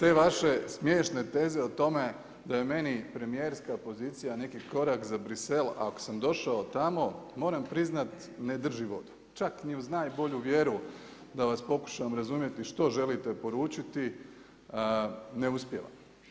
Te vaše smiješne teze o tome da je meni premijerska pozicija neki korak za Brisel a ako sam došao tamo, moram priznati ne drži volju, čak ni uz najbolju vjeru, da vas pokušam razumjeti što želite poručiti, ne uspijevam.